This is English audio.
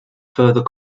further